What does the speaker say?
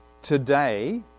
today